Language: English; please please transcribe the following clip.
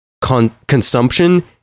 consumption